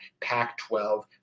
Pac-12